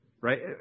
right